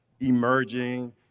Emerging